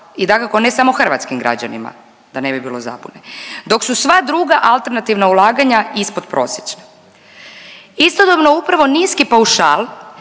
i dakako ne samo hrvatskim građanima da ne bi bilo zabune, dok su sva druga alternativna ulaganja ispod prosječna. Istodobno upravo nisi paušal